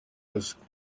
ruswa